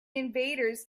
invaders